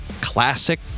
classic